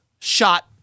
shot